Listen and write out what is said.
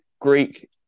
Greek